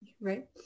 right